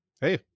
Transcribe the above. hey